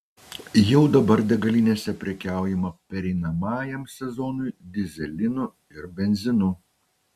jau dabar degalinėse prekiaujama pereinamajam sezonui dyzelinu ir benzinu